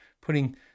putting